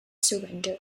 surrender